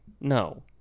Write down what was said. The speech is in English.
No